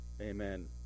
Amen